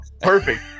perfect